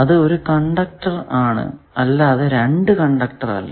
അത് ഒരു കണ്ടക്ടർ ആണ് അല്ലാതെ 2 കണ്ടക്ടർ അല്ല